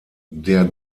der